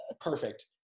Perfect